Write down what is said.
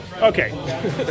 Okay